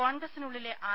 കോൺഗ്രസ്സിനുള്ളിലെ R